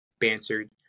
bantered